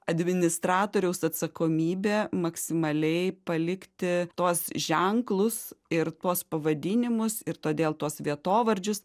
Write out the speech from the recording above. administratoriaus atsakomybė maksimaliai palikti tuos ženklus ir tuos pavadinimus ir todėl tuos vietovardžius